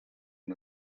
and